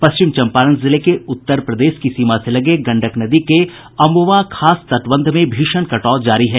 पश्चिम चंपारण जिले के उत्तर प्रदेश की सीमा से लगे गंडक नदी के अमवा खास तटबंध में भीषण कटाव जारी है